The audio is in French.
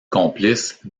complices